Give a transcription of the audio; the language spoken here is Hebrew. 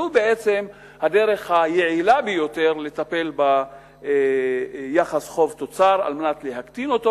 זו בעצם הדרך היעילה ביותר לטפל ביחס חוב תוצר על מנת להקטין אותו,